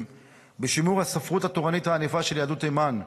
בשימור הספרות התורנית הענפה של יהדות תימן,